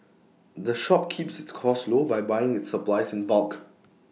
the shop keeps its costs low by buying its supplies in bulk